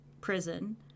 prison